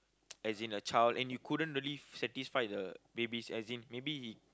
as in a child and you couldn't really satisfy the babies as in maybe he